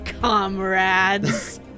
Comrades